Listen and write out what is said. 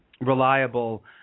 reliable